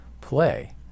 play